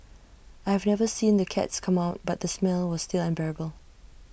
I have never seen the cats come out but the smell was still unbearable